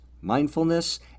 mindfulness